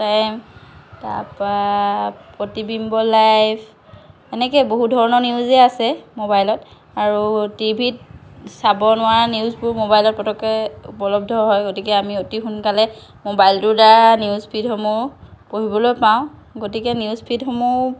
time তাৰপৰা Pratibimba live এনেকৈ বহুত ধৰণৰ নিউজেই আছে মোবাইলত আৰু টিভিত চাব নোৱাৰা নিউজবোৰ মোবাইলত পতককৈ উপলব্ধ হয় গতিকে আমি অতি সোনকালে মোবাইলটোৰ দ্বাৰা নিউজ ফিডসমূহ পঢ়িবলৈ পাওঁ গতিকে নিউজ ফিদসমূহ